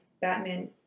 Batman